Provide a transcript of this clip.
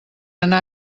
anar